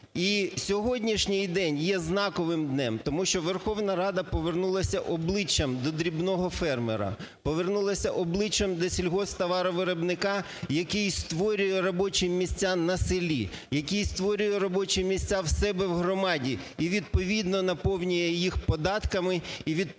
І сьогоднішній день є знаковим днем, тому що Верховна Рада повернулася обличчям до дрібного фермера, повернулася обличчям до сільгосптоваровиробника, який створює робочі місця на селі, який створює робочі місця в себе в громаді і відповідно наповнює їх податками, і відповідно